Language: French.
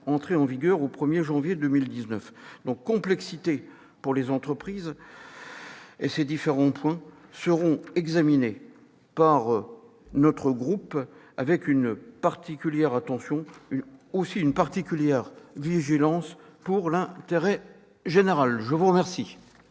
entrer en vigueur au 1 janvier 2019 et sera source de complexité pour les entreprises. Ces différents points seront examinés par notre groupe avec une particulière attention et une particulière vigilance, pour l'intérêt général. La discussion